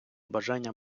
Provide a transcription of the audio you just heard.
бажання